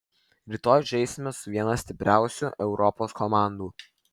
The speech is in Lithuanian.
rytoj žaisime su viena stipriausių europos komandų